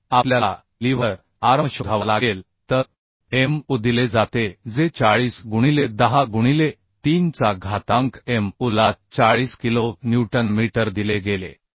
तर आपल्याला lever arm शोधावा लागेल तर MU दिले जाते जे 40 गुणिले 10 गुणिले 3 चा घातांक MU ला 40 किलो न्यूटन मीटर दिले गेले